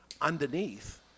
underneath